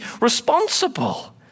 responsible